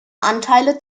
anteile